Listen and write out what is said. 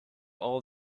all